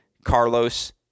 Carlos